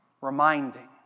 reminding